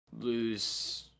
lose